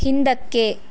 ಹಿಂದಕ್ಕೆ